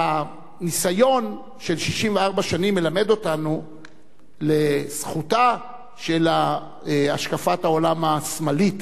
הניסיון של 64 שנים מלמד אותנו לזכותה של השקפת העולם השמאלית